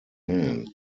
man